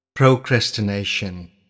Procrastination